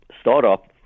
startup